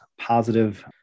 positive